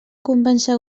convèncer